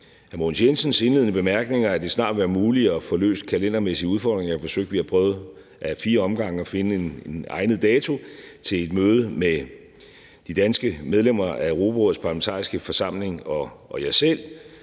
hr. Mogens Jensens indledende bemærkninger, at det snart vil være muligt at få løst de kalendermæssige udfordringer. Vi har prøvet ad fire omgange at finde en egnet dato til et møde med de danske medlemmer af Europarådets Parlamentariske Forsamling og mig selv.